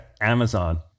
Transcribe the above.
Amazon